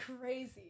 crazy